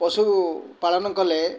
ପଶୁ ପାଳନ କଲେ